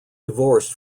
divorced